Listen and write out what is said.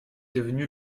devenu